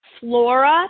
flora